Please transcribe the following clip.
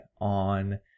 on